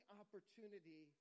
opportunity